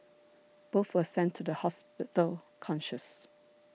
both were sent to the hospital conscious